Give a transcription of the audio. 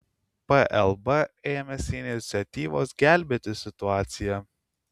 plb ėmėsi iniciatyvos gelbėti situaciją